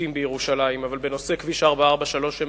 שופטים בירושלים, אבל בנושא כביש 443 הם